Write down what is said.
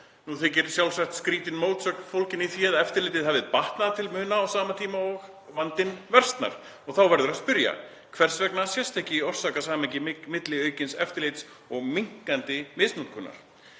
Nú þykir sjálfsagt skrýtin mótsögn fólgin í því að eftirlitið hafi batnað til muna á sama tíma og vandinn versnar. Þá verður að spyrja: Hvers vegna sést ekki orsakasamhengi milli aukins eftirlits og minnkandi misnotkunar?